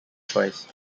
choice